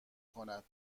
کند